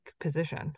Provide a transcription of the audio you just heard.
position